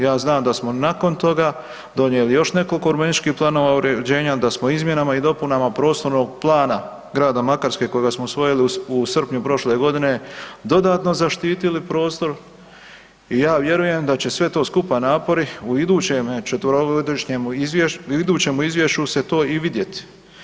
Ja znam da smo nakon toga donijeli još nekoliko urbanističkih planova uređenja, da smo izmjenama i dopunama prostornog plana grada Makarske kojega smo usvojili u srpnju prošle godine dodatno zaštitili prostor i ja vjerujem da će sve to skupa napori u idućem četverogodišnjem izvješću, u idućemu izvješću se to i vidjeti.